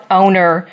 owner